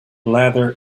ladder